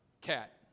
cat